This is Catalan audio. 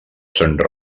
sant